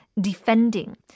defending